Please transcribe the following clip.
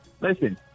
listen